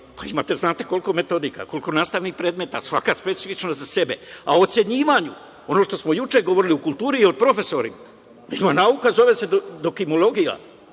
pa znate koliko imate metodika, koliko nastavnih predmeta. Svaka specifična za sebe. O ocenjivanju, ono što smo juče govorili u kulturi i o profesorima, ima nauka zove se – dokimologija.